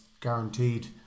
guaranteed